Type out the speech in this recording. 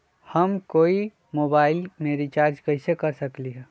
हम कोई मोबाईल में रिचार्ज कईसे कर सकली ह?